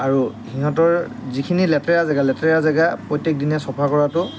আৰু সিহঁতৰ যিখিনি লেতেৰা জেগা লেতেৰা জেগা প্ৰত্যেক দিনে চফা কৰাটো